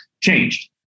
changed